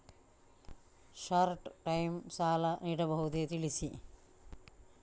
Short time ಸಾಲ ನೀಡಬಹುದೇ ತಿಳಿಸಿ?